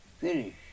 finish